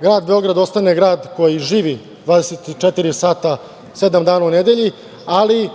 grad Beograd ostane grad koji živi 24 sata, sedam dana u nedelji, ali